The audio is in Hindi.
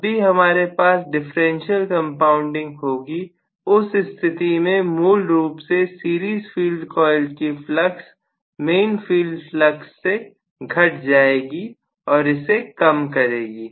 जब भी हमारे पास डिफरेंशियल कंपाउंडिंग होगी उस स्थिति में मूल रूप से सीरीज फील्ड कॉइल की फ्लक्स मेन फील्ड फ्लक्स से घट जाएगी और इसे कम करेगी